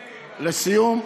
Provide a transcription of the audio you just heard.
אדוני, לסיום,